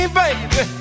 baby